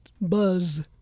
Buzz